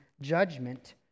judgment